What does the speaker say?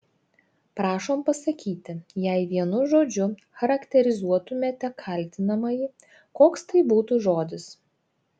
prašom pasakyti jei vienu žodžiu charakterizuotumėte kaltinamąjį koks tai būtų žodis